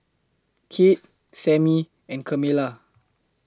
Kate Sammie and Kamila